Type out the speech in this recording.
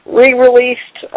re-released